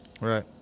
Right